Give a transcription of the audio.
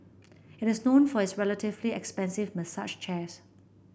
it is known for its relatively expensive massage chairs